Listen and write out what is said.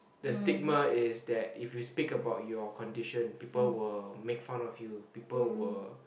the stigma is that if you speak about your condition people will make fun of you people will